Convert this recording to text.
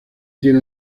tiene